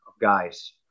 guys